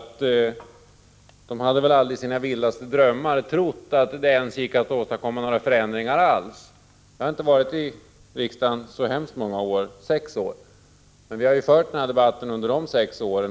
De hade väl aldrig i sina vildaste drömmar trott att det ens gick att åstadkomma några förändringar alls. Jag har inte varit i riksdagen så många år — det är sex år — men den här debatten har förekommit under dessa sex år.